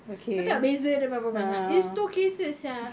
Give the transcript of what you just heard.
kau tengok beza dia berapa banyak it's two cases sia